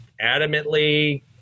adamantly –